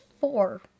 four